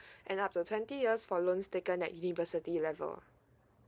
and up to twenty years for loans taken at university level